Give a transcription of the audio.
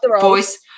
Voice